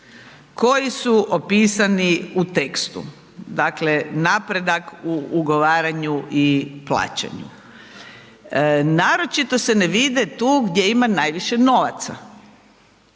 koji su opisani u tekstu, dakle napredak u ugovaranju i plaćanju. Naročito se ne vide tu gdje ima najviše novaca.